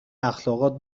اخلاقات